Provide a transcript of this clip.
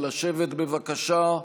נא לשבת, בבקשה.